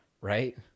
right